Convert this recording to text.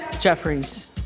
Jeffries